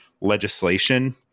legislation